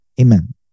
Amen